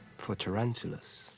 for tarantulas,